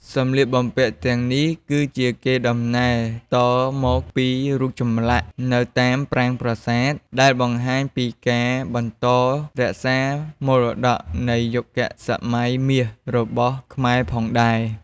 សម្លៀកបំពាក់់ទាំងនេះគឺជាកេរដំណែលតមកពីរូបចម្លាក់នៅតាមប្រាង្គប្រសាទ ដែលបង្ហាញពីការបន្តរក្សាមរតក៌នៃយុគសម័យមាសរបស់ខ្មែរផងដែរ។